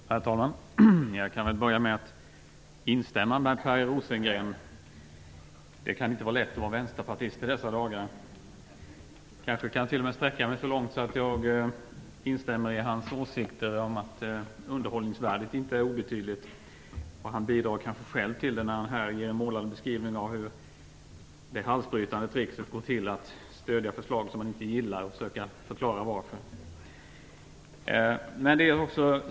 Herr talman! Jag kan börja med att instämma i vad Per Rosengren sade: Det kan inte vara lätt att vara vänsterpartist i dessa dagar. Jag kanske kan sträcka mig så långt att jag instämmer i hans åsikter om att underhållningvärdet inte är obetydligt. Han bidrog själv med en målande beskrivning av hur halsbrytande det går till att stödja ett förslag som man inte gillar och sedan försöka förklara varför.